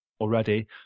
already